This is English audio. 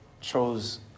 chose